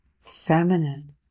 feminine